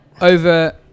Over